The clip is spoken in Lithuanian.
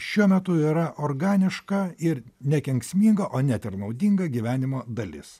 šiuo metu yra organiška ir nekenksminga o net ir naudinga gyvenimo dalis